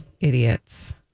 idiots